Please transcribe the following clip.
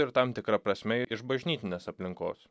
ir tam tikra prasme iš bažnytinės aplinkos